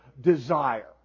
desire